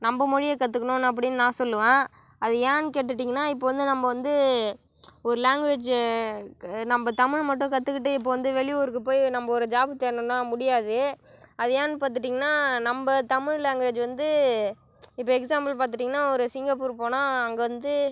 நம்ம மொழியை கற்றுக்கணும் அப்படின்னு நான் சொல்லுவேன் அது ஏன்னென்னு கேட்டுட்டீங்கன்னால் இப்போது வந்து நம்ம வந்து ஒரு லாங்குவேஜி நம்ம தமிழ் மட்டும் கற்றுக்கிட்டு இப்போது வந்து வெளியூருக்கு போய் ஒரு ஜாப் தேடுனோம்னால் முடியாது அது ஏன்னால் பார்த்துட்டீங்கன்னா நம்ம தமிழ் லாங்குவேஜி வந்து இப்போது எக்ஸாம்புள் பார்த்துட்டீங்கன்னா ஒரு சிங்கப்பூர் போனால் அங்கே வந்து